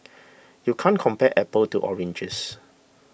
you can't compare apples to oranges